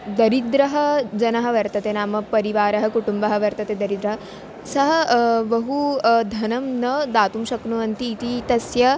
दरिद्रः जनः वर्तते नाम परिवारः कुटुम्बः वर्तते दरिद्रः सः बहु धनं न दातुं शक्नुवन्ति इति तस्य